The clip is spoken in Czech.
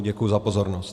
Děkuji za pozornost.